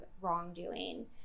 wrongdoing